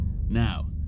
Now